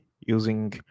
using